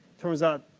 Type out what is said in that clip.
turns out,